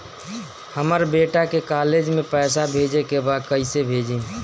हमर बेटा के कॉलेज में पैसा भेजे के बा कइसे भेजी?